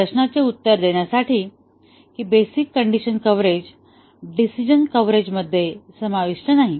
या प्रश्नाचे उत्तर देण्यासाठी की बेसिक कंडिशन कव्हरेज डिसिजन कव्हरेजमध्ये समाविष्ट नाही